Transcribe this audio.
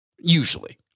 usually